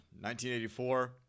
1984